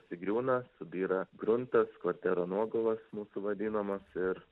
sugriūna subyra gruntas kvartero nuogulos mūsų vadinamos ir